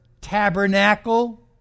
tabernacle